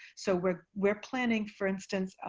so we're we're planning, for instance,